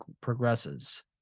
progresses